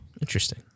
Interesting